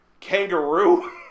kangaroo